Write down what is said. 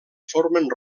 formen